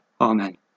Amen